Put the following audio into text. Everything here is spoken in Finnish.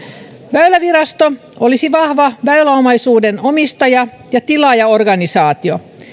väylävirasto olisi vahva väyläomaisuuden omistaja ja tilaajaorganisaatio